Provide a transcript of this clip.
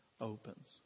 opens